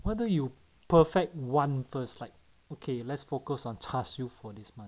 why don't you perfect one first like okay let's focus on char siew for this month